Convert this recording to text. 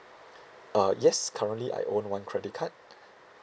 uh yes currently I own one credit card